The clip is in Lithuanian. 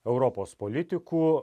europos politikų